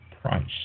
price